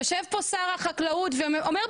יושב פה שר החקלאות ואומר,